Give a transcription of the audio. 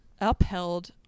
upheld